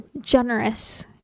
Generous